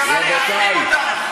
רבותי,